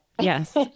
Yes